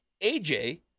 AJ